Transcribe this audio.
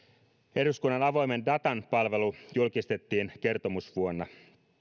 eduskunnan avoimen datan palvelu julkistettiin kertomusvuonna